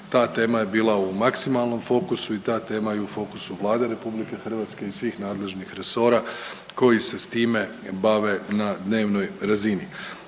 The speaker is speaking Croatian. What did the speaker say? ta tema je bila u maksimalnom fokusu i ta tema je i u fokusu Vlade RH i svih resora koji se s time bave na dnevnoj razini.